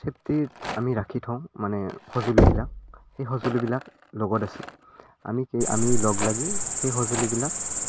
চেফটিত আমি ৰাখি থওঁ মানে সঁজুলিবিলাক সেই সঁজুলিবিলাক লগত আছিল আমি কি আমি লগ লাগি সেই সঁজুলিবিলাক